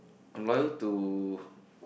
I'm loyal to